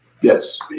Yes